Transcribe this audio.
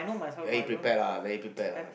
very prepared lah very prepared